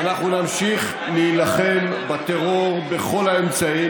ואנחנו נמשיך להילחם בטרור בכל האמצעים